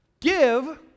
Give